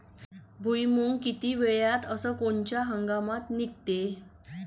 भुईमुंग किती वेळात अस कोनच्या हंगामात निगते?